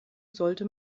sollte